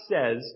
says